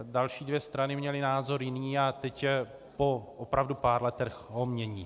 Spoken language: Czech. Další dvě strany měly názor jiný a teď opravdu po pár letech ho mění.